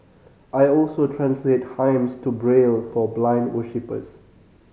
I also translate hymns to Braille for blind worshippers